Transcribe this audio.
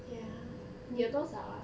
ya 你的多少 ah